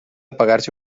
pagarse